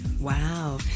Wow